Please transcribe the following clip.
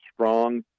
strong